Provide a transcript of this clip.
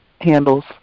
handles